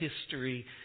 history